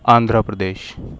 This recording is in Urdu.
آندھرا پردیش